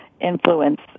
influence